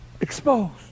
exposed